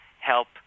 help